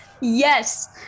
Yes